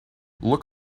look